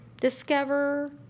discover